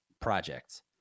projects